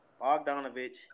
Bogdanovich